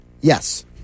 Yes